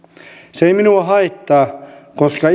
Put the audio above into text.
se ei minua haittaa koska